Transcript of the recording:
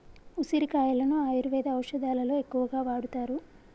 ఉసిరికాయలను ఆయుర్వేద ఔషదాలలో ఎక్కువగా వాడుతారు